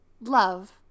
Love